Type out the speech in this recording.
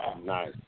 nice